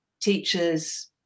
teachers